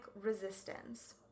resistance